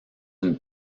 une